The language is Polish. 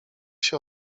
się